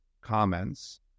comments